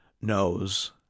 knows